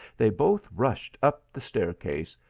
they both rushed up the stair case,